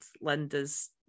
Linda's